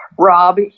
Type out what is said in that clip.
rob